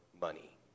money